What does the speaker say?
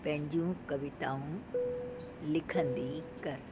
पंहिंजियूं कविताऊं लिखंदी कर